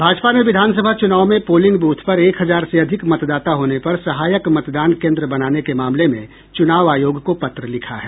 भाजपा ने विधान सभा चुनाव में पोलिंग बूथ पर एक हजार से अधिक मतदाता होने पर सहायक मतदान केन्द्र बनाने के मामले में चुनाव आयोग को पत्र लिखा है